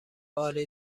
عالی